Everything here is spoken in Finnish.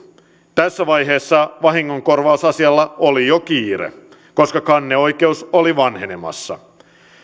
tässä vaiheessa vahingonkorvausasialla oli jo kiire koska kanneoikeus oli vanhenemassa